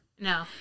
No